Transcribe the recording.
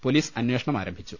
police അന്വേഷണം ആരംഭിച്ചു